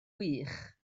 wych